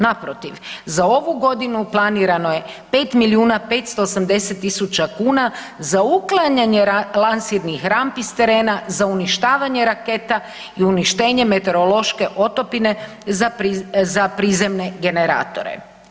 Naprotiv, za ovu godinu planirano je 5 milijuna 580 tisuća kuna za uklanjanje lansirnih rampi s terena za uništavanje raketa i uništenje meteorološke otopine za prizemne generatore.